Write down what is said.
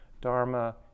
Dharma